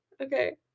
okay